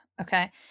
Okay